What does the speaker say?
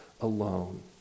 alone